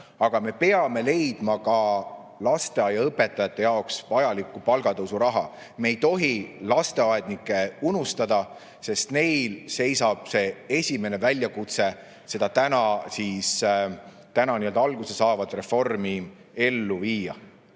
aga me peame leidma ka lasteaiaõpetajate jaoks vajaliku palgatõusuraha. Me ei tohi lasteaednikke unustada, sest neil seisab ees esimene väljakutse, seda täna alguse saavat reformi ellu viia.